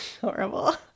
Horrible